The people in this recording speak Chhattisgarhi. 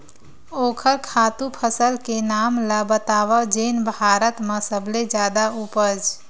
ओखर खातु फसल के नाम ला बतावव जेन भारत मा सबले जादा उपज?